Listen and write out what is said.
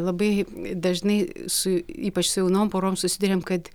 labai dažnai su ypač su jaunom porom susiduriam kad